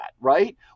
right